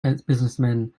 businessmen